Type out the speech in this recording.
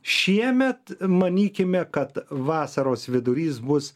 šiemet manykime kad vasaros vidurys bus